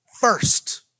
First